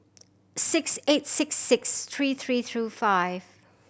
six eight six six three three two five